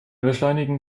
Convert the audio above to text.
beschleunigen